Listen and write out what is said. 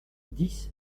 dix